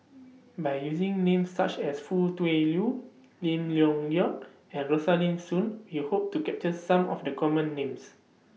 By using Names such as Foo Tui Liew Lim Leong Geok and Rosaline Soon We Hope to capture Some of The Common Names